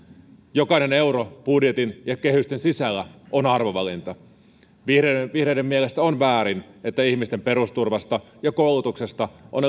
jokainen euro budjetin ja kehysten sisällä on arvovalinta vihreiden vihreiden mielestä on väärin että ihmisten perusturvasta ja koulutuksesta on